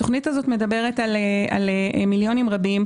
התוכנית הזאת מדברת על מיליונים רבים,